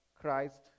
Christ